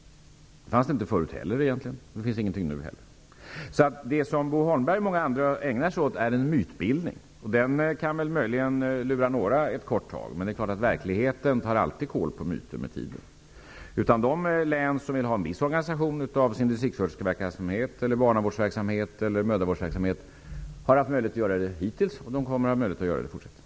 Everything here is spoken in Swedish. Det fanns det egentligen inte tidigare heller, och det finns det inte nu. Det som Bo Holmberg och många andra ägnar sig åt är en mytbildning. Den kan möjligen lura några ett kort tag, men verkligheten tar med tiden alltid kol på myten. De län som vill ha en viss organisation av sin distriktssköterskeverksamhet, barnavårdsverksamhet eller mödravårdsverksamhet har haft möjlighet till det hittills. De kommer att ha den möjligheten även i fortsättningen.